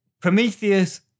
prometheus